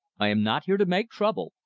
i am not here to make trouble,